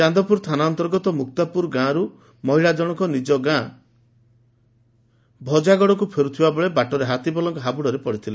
ଚାନ୍ଦପୁର ଥାନା ଅନ୍ତର୍ଗତ ମୁକ୍ତାପୁର ଗାଁରୁ ଏହି ମହିଳା ନିଜ ଗାଁ ଭଜାଗଡ଼କୁ ଫେରୁଥିବା ବେଳେ ବାଟରେ ହାତୀପଲଙ୍କ ହାବୁଡ଼ରେ ପଡ଼ିଥିଲେ